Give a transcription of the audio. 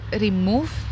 remove